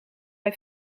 hij